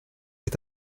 est